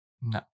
no